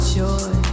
joy